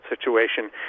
situation